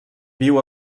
viu